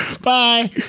bye